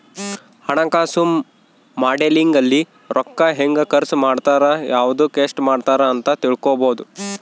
ಹಣಕಾಸು ಮಾಡೆಲಿಂಗ್ ಅಲ್ಲಿ ರೂಕ್ಕ ಹೆಂಗ ಖರ್ಚ ಮಾಡ್ತಾರ ಯವ್ದುಕ್ ಎಸ್ಟ ಮಾಡ್ತಾರ ಅಂತ ತಿಳ್ಕೊಬೊದು